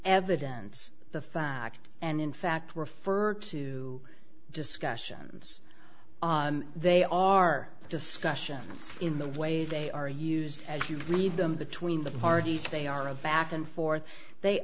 evidence the fact and in fact refer to discussions they are discussions in the way they are used as you read them between the parties they are a back and forth they